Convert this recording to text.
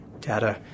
Data